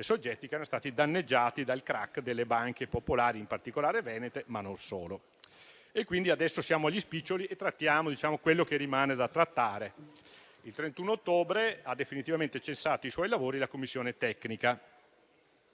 soggetti danneggiati dal *crack* delle banche popolari, in particolare venete, e non solo. Adesso siamo agli spiccioli e trattiamo quello che rimane da trattare. Il 31 ottobre ha definitivamente cessato i suoi lavori la commissione tecnica.